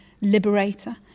liberator